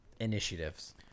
Initiatives